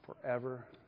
forever